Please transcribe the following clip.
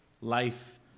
life